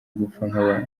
gupfa